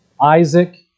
Isaac